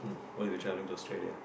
what is you're travelling to Australia